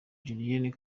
julienne